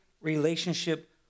relationship